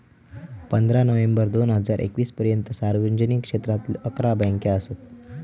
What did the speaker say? पंधरा नोव्हेंबर दोन हजार एकवीस पर्यंता सार्वजनिक क्षेत्रातलो अकरा बँका असत